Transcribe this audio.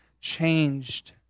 changed